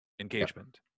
engagement